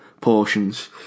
portions